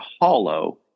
hollow